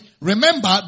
Remember